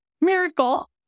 miracle